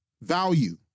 value